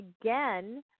again